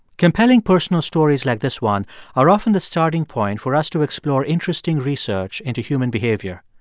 compelling, personal stories like this one are often the starting point for us to explore interesting research into human behavior.